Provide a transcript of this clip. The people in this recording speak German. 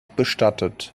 bestattet